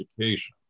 education